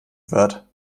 word